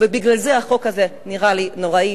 ובגלל זה החוק הזה נראה לי נוראי.